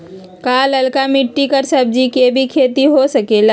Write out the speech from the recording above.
का लालका मिट्टी कर सब्जी के भी खेती हो सकेला?